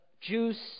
juice